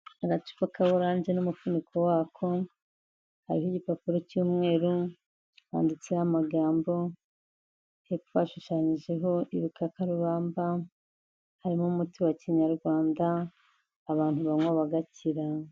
Agacupa ka oranje n'umuvuniko wako, hariho igipapuro cy'umweru, handitseho amagambo, hepfo hashushanyijeho ibikakarubamba, harimo umuti wa Kinyarwanda, abantu banywa bagakira.